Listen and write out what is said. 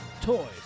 toys